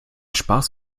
spaß